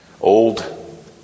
Old